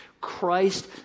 Christ